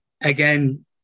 again